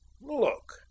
Look